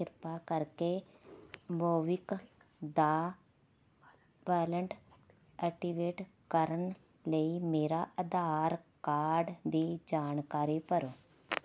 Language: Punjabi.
ਕ੍ਰਿਪਾ ਕਰਕੇ ਮੋਵਿਕ ਦਾ ਵਾਲਟ ਐਕਟੀਵੇਟ ਕਰਨ ਲਈ ਮੇਰਾ ਆਧਾਰ ਕਾਰਡ ਦੀ ਜਾਣਕਾਰੀ ਭਰੋ